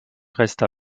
resta